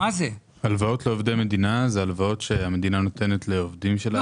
הלוואות לעובדי מדינה הן הלוואות שהמדינה נותנת לעובדים שלה.